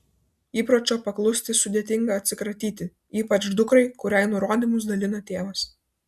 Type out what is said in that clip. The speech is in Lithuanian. įpročio paklusti sudėtinga atsikratyti ypač dukrai kuriai nurodymus dalina tėvas